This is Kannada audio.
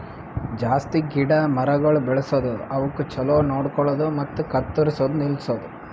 ಜಾಸ್ತಿ ಗಿಡ ಮರಗೊಳ್ ಬೆಳಸದ್, ಅವುಕ್ ಛಲೋ ನೋಡ್ಕೊಳದು ಮತ್ತ ಕತ್ತುರ್ಸದ್ ನಿಲ್ಸದು